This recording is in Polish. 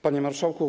Panie Marszałku!